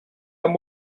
amb